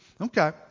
Okay